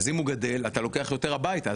ואם הוא גדל אתה לוקח יותר הביתה,